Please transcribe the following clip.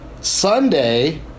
Sunday